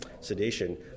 sedation